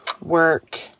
work